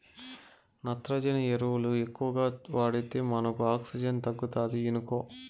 నత్రజని ఎరువులు ఎక్కువగా వాడితే మనకు ఆక్సిజన్ తగ్గుతాది ఇనుకో